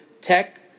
tech